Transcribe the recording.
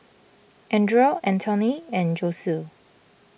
andria Anthoney and Josue